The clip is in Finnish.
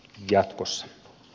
kiitos